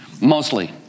mostly